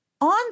on